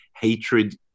hatred